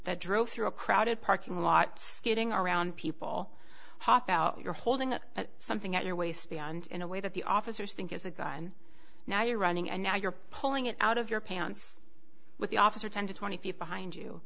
that drove through a crowded parking lot getting around people hopped out you're holding something at your waist beyond in a way that the officers think is a gun now you're running and now you're pulling it out of your pants with the officer ten to twenty feet behind you